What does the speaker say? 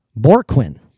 Borquin